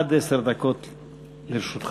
עד עשר דקות לרשותך.